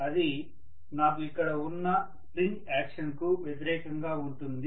అది నాకు ఇక్కడ ఉన్న స్ప్రింగ్ యాక్షన్ కు వ్యతిరేకంగా ఉంటుంది